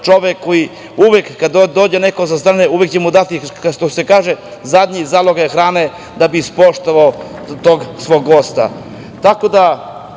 čovek koji uvek kada dođe neko sa strane uvek će mu dati, što se kaže, zadnji zalogaj hrane, da bi ispoštovao tog svog gosta.